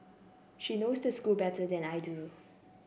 she knows the school better than I do